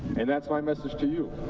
and that's my message to you.